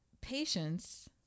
patience